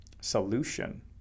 Solution